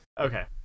Okay